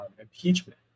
impeachment